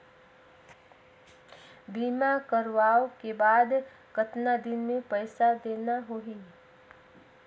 बीमा करवाओ के बाद कतना दिन मे पइसा देना हो ही?